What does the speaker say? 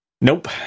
Nope